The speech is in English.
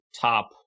top